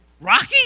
Rocky